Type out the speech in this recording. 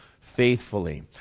faithfully